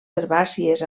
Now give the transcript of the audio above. herbàcies